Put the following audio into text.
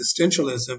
existentialism